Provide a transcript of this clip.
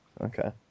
Okay